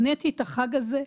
שנאתי את החג הזה.